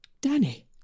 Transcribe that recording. Danny